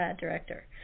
director